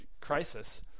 crisis